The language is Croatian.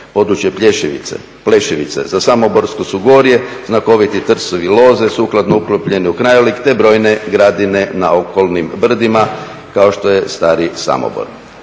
područje Plešivice. Za Samoborsko su gorje znakoviti trsovi loze sukladno uklopljeni u krajolik te brojne gradine na okolnim brdima kao što je stari Samobor.